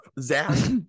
Zach